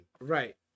right